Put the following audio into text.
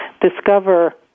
discover